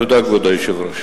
תודה, כבוד היושב-ראש.